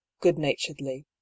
good-naturedly